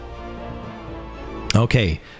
Okay